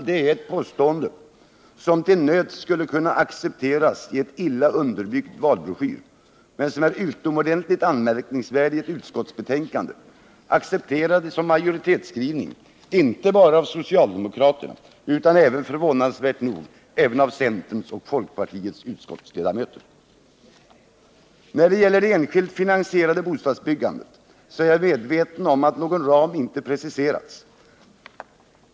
Detta är ett påstående som till nöds skulle kunna accepteras i en illa underbyggd valbroschyr men som är utomordentligt anmärkningsvärt i ett utskottsbetänkande, accepterat som majoritetsskrivning inte bara av socialdemokraterna utan även, förvånansvärt nog, av centerns och folkpartiets utskottsledamöter. När det sedan gäller det enskilt finansierade bostadsbyggandet är jag medveten om att några ramar inte har preciserats.